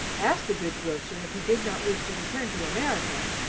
asked the good grocer if he did not wish to return to america,